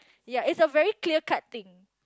ya it's a very clear cut thing